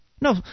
No